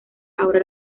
ahora